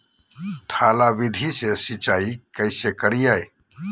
थाला विधि से सिंचाई कैसे करीये?